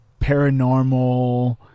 paranormal